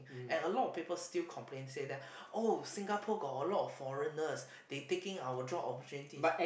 and a lot of people still complain say that oh Singapore Got a lot of foreigners they taking our job opportunities